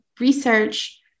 research